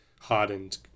hardened